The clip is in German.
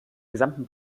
gesamten